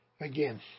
Again